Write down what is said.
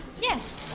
Yes